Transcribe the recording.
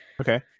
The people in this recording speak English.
okay